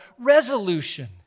resolution